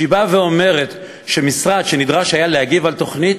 שבאה ואומרת שמשרד שנדרש להגיב על תוכנית,